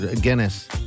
Guinness